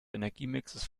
energiemixes